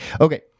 Okay